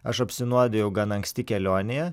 aš apsinuodijau gana anksti kelionėje